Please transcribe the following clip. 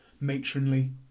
matronly